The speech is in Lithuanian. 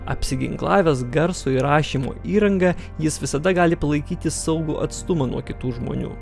apsiginklavęs garso įrašymo įranga jis visada gali palaikyti saugų atstumą nuo kitų žmonių